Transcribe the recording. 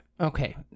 okay